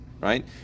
right